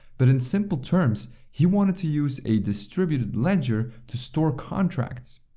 but in simple terms he wanted to use a distributed ledger to store contracts.